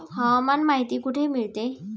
हवामान माहिती कुठे मिळते?